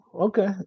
okay